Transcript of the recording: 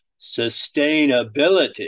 sustainability